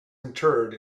interred